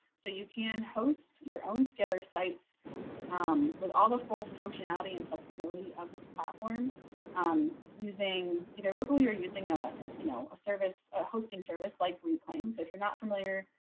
so you can host your own scanner sites um with all the full functionality and flexibility of this platform um using either locally or using a you know a service a hosting service like reclaim so if you're not familiar